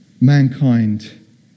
mankind